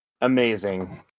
amazing